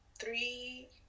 three